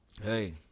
hey